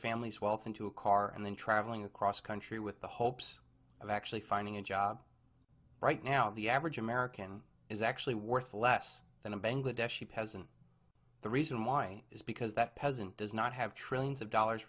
family's wealth into a car and then traveling across country with the hopes of actually finding a job right now the average american is actually worth less than a bangladeshi peasant the reason why is because that peasant does not have trillions of dollars